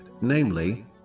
namely